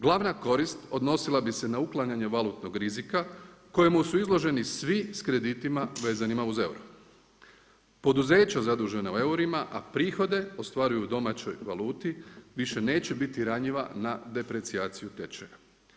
Glavna korist odnosila bi se na uklanjanje valutnog rizika kojemu su izloženi svi s kreditima vezanima uz euro, poduzeća zadužena u eurima, a prihode ostvaruju u domaćoj valuti više neće biti ranjiva na deprecijaciju tečaja.